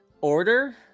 order